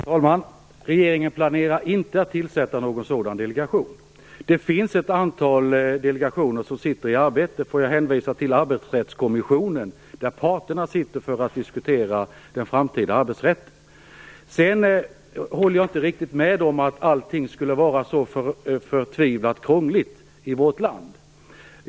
Herr talman! Regeringen planerar inte att tillsätta någon sådan delegation. Det finns ett antal delegationer som arbetar. Får jag hänvisa till Arbetsrättskommissionen, där parterna sitter för att diskutera den framtida arbetsrätten. Jag håller inte riktigt med om att allting skulle vara så förtvivlat krångligt i vårt land.